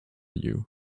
you